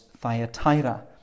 Thyatira